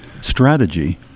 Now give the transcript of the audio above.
strategy